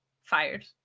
Fired